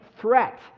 threat